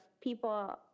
people